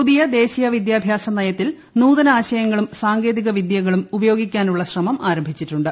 പുതിയ ദേശീയ വിദ്യാഭ്യാസ നയത്തിൽ നൂതനാശയങ്ങളും സാങ്കേതിക വിദ്യകളും ഉപയോഗിക്കാനുള്ള ശ്രമം ആരംഭിച്ചിട്ടുണ്ട്